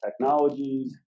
technologies